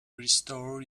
restore